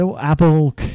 Apple